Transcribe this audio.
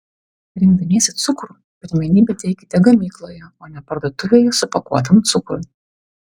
rinkdamiesi cukrų pirmenybę teikite gamykloje o ne parduotuvėje supakuotam cukrui